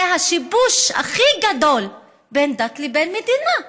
זה השיבוש הכי גדול בין דת לבין מדינה,